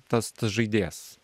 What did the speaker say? tas tas žaidėjas